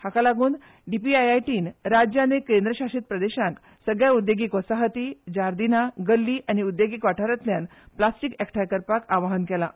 हाका लागून डिपिआयआयटीन राज्य आनी केंद्र शासीत प्रदेशांक सगल्या उद्देगीक वसाहती जार्दिना गल्ली आनी उद्देगीक वाठारांतल्यान प्लास्टीक एकठांय करपाक आवाहन केलां